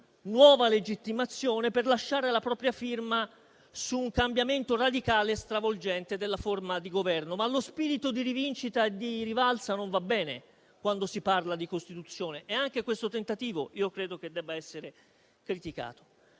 nuova legittimazione, per lasciare la propria firma su un cambiamento radicale e stravolgente della forma di governo. Ma lo spirito di rivincita e di rivalsa non va bene quando si parla di Costituzione, e anche questo tentativo credo che debba essere criticato.